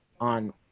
on